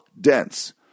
dense